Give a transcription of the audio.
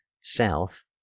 south